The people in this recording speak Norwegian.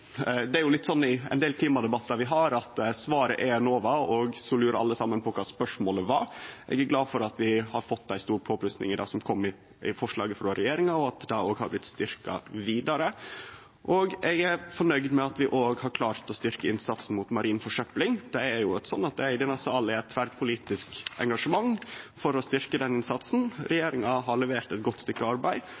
har, er jo svaret lova, og så lurer alle på kva spørsmålet var. Eg er glad for at vi har fått ei stor påplussing i det som kom i forslaget frå regjeringa, og at det har blitt styrkt vidare. Og eg er fornøgd med at vi òg har klart å styrkje innsatsen mot marin forsøpling. Det er eit tverrpolitisk engasjement i denne salen for å styrkje den innsatsen. Regjeringa har levert eit godt stykke arbeid,